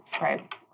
Right